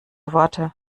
worte